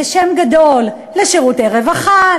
זה שם גדול לשירותי רווחה,